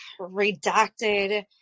redacted